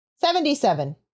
Seventy-seven